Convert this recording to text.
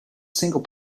single